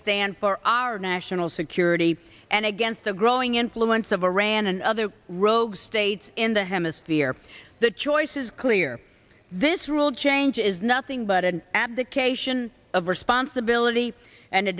stand for our national security and against the growing influence of iran and other rogue states in the hemisphere the choice is clear this rule change is nothing but an abdication of responsibility and a